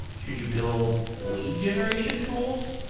should you build lead generation tools?